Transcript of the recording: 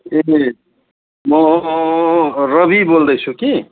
ए म रवि बोल्दैछु कि